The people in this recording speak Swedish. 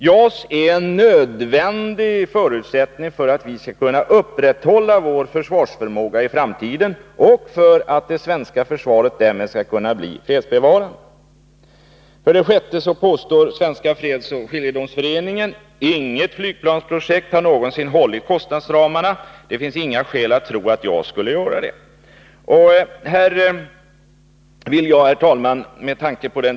JAS är en nödvändig förutsättning för att vi skall kunna upprätthålla vår försvarsförmåga i framtiden och för att det svenska försvaret därmed skall kunna förbli fredsbevarande. För det sjätte påstår Svenska fredsoch skiljedomsföreningen: ”Inget flygplansprojekt har någonsin hållit kostnadsramarna. Det finns inga skäl att tro, att JAS skulle kunna göra det.” Herr talman!